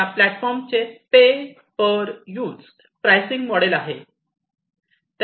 या प्लॅटफॉर्मचे pay per use pricing model आहे